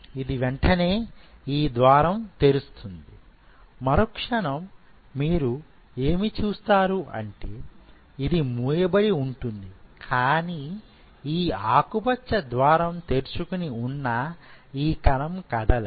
ఇది వెంటనే ఈ ద్వారం తెరుస్తుంది మరుక్షణం మీకు ఏమి చూస్తారు అంటే ఇది మూయబడి ఉంటుంది కానీ ఈ ఆకుపచ్చ ద్వారం తెరుచుకుని వున్నా ఈ కణం కదలదు